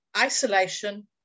isolation